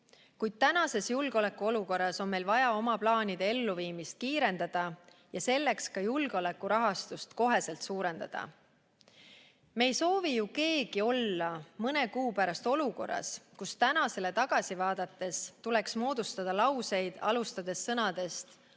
Kuid tänases julgeolekuolukorras on meil vaja oma plaanide elluviimist kiirendada ja selleks ka julgeolekurahastust koheselt suurendada. Me ei soovi ju keegi olla mõne kuu pärast olukorras, kus tänasele tagasi vaadates tuleks lauseid alustada sõnadega